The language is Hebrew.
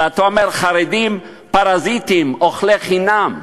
ואתה אומר: חרדים פרזיטים, אוכלי חינם.